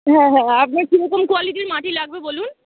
হ্যাঁ হ্যাঁ আপনার কীরকম কোয়ালিটির মাটি লাগবে বলুন